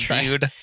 dude